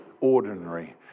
ordinary